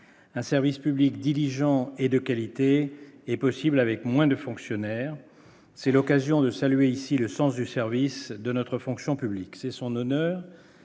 un service public diligents et de qualité est possible, avec moins de fonctionnaires, c'est l'occasion de saluer ici le sens du service de notre fonction publique, c'est son honneur